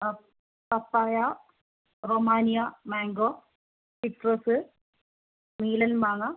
അ പപ്പായ Romania mango citrus നീലൻ മാങ്ങ